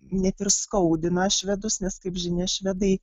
net ir skaudina švedus nes kaip žinia švedai